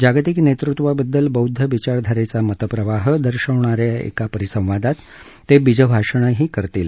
जागतिक नेतृत्वाबद्दल बौद्ध विचारधारेचा मतप्रवाह दर्शवणा या एका परिसंवादात ते बीजभाषण करतील